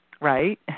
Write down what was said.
right